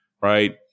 Right